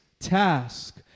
task